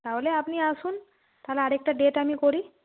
তাহলে আপনি আসুন তাহলে আরেকটা ডেট আমি করি